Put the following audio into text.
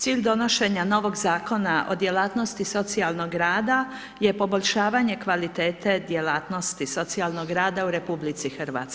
Cilj donošenje novog Zakona o djelatnosti socijalnog rada, je poboljšavanje kvalitete djelatnosti socijalnog rada u RH.